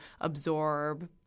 absorb